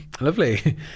lovely